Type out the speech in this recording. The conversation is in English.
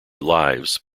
lives